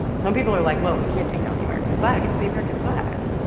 some people are like, well, we can't take down the american flag. it's the american flag.